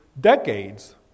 decades